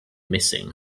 missing